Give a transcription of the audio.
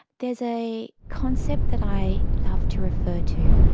there's a concept that i love to refer to,